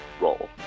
role